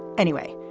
anyway,